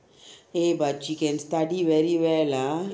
eh but she can study very well ah